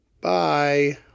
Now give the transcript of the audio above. Bye